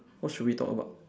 what should we talk about